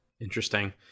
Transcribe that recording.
Interesting